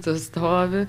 tu stovi